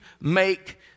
make